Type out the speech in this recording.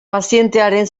pazientearen